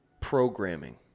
programming